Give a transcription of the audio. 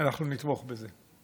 אנחנו נתמוך בזה,